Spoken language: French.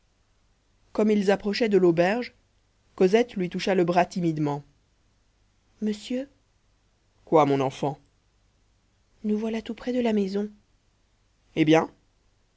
comme ils approchaient de l'auberge cosette lui toucha le bras timidement monsieur quoi mon enfant nous voilà tout près de la maison eh bien